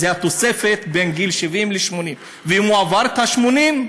זו התוספת בין גיל 70 לגיל 80. ואם הוא עבר את גיל 80,